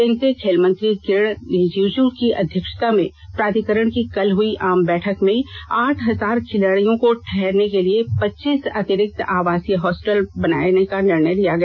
केंद्रीय खेल मंत्री किरण रिजीजु की अध्यक्षता में प्राधिकरण की कल हुई आम बैठक में आठ हजार खिलाड़ियों को ठहराने के लिए पच्चीस अतिरिक्त आवासीय हॉस्टल बनाने का निर्णय लिया गया